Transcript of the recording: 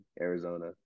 Arizona